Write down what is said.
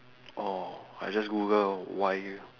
orh I just Google err why